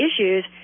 issues